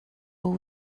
what